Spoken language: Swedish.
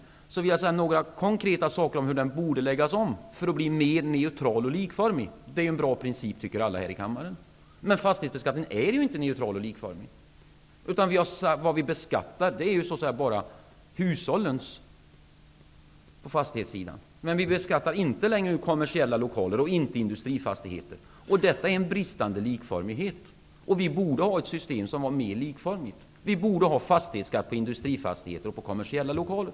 Jag vill dessutom säga några konkreta saker om hur den borde läggas om för att bli mer neutral och likformig. Det är ju en bra princip tycker alla här i kammaren. Men fastighetsbeskattningen är ju inte neutral och likformig. Vi beskattar ju bara hushållen på fastighetssidan. Vi beskattar inte längre kommersiella lokaler och inte industrifastigheter. Detta är en bristande likformighet. Vi borde ha ett system som är mer likformigt. Vi borde ha fastighetsskatt på industrifastigheter och kommersiella lokaler.